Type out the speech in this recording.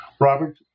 Robert